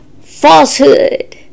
falsehood